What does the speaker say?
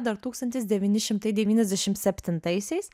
dar tūkstantis devyni šimtai devyniasdešimt septintaisiais